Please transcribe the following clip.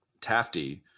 tafty